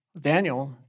Daniel